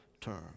term